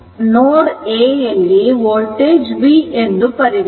ನೋಡ್ A ಯಲ್ಲಿ voltage v ಎಂದು ಪರಿಗಣಿಸಿ